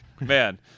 Man